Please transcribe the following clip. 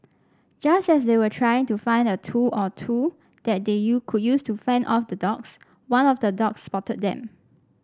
just as they were trying to find a tool or two that they you could use to fend off the dogs one of the dogs spotted them